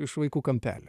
iš vaikų kampelio